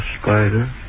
spider